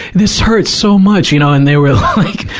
this hurts so much. you know. and they were like,